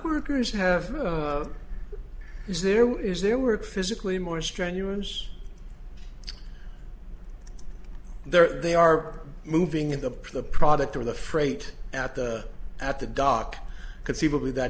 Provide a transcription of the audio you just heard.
workers have is there is there were physically more strenuous there they are moving in the product or the freight at the at the dock conceivably that